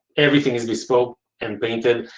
everything is bespoke and painted.